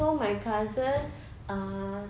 so my cousins ah